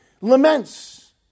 laments